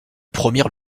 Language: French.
promirent